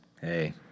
Hey